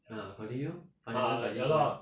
uh continue financial crisis why